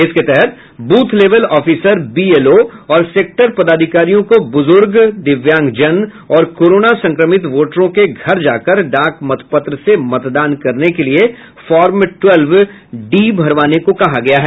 इसके तहत ब्रथ लेबल ऑफिसर बीएलओ और सेक्टर पदाधिकारियों को बुजुर्ग दिव्यांगजन और कोरोना संक्रमित वोटरों के घर जाकर डाक मत पत्र से मतदान करने के लिये फॉर्म टवेल्व डी भरवाने को कहा गया है